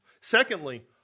Secondly